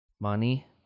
Money